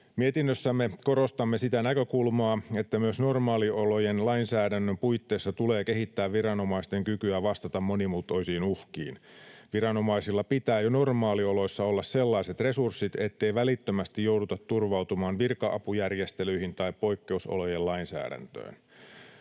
Mietinnössämme korostamme sitä näkökulmaa, että myös normaaliolojen lainsäädännön puitteissa tulee kehittää viranomaisten kykyä vastata monimuotoisiin uhkiin. Viranomaisilla pitää jo normaalioloissa olla sellaiset resurssit, ettei välittömästi jouduta turvautumaan virka-apujärjestelyihin tai poikkeusolojen lainsäädäntöön.